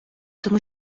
тому